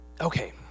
Okay